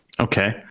Okay